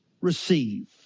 receive